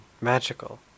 magical